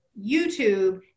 YouTube